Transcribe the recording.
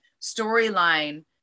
storyline